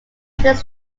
this